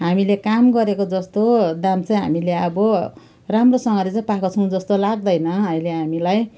हामीले काम गरेको जस्तो दाम चाहिँ हामीले अब राम्रोसँगले पाएको छौँ जस्तो चाहिँ लाग्दैन अहिले हामीलाई